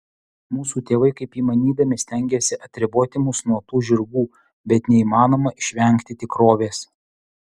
mūsų tėvai kaip įmanydami stengėsi atriboti mus nuo tų žirgų bet neįmanoma išvengti tikrovės